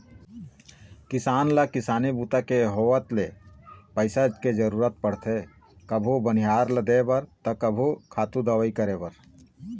किसान ल किसानी बूता के होवत ले पइसा के जरूरत परथे कभू बनिहार ल देबर त कभू खातू, दवई बर